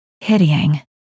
Pitying